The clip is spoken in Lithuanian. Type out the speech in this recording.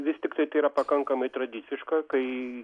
vis tiktai tai yra pakankamai tradiciška kai